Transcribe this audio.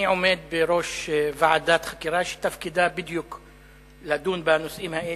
אני עומד בראש ועדת חקירה שתפקידה בדיוק לדון בנושאים האלה,